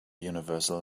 universal